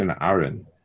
Aaron